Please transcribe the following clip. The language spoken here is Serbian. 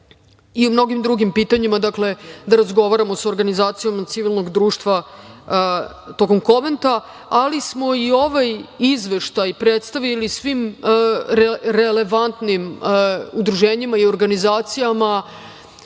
i mnogim drugim pitanjima, da razgovaramo sa organizacijom civilnog društva tokom konventa, ali smo i ovaj izveštaj predstavili svim relevantnim udruženjima i organizacijama,